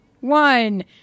one